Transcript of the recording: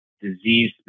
Disease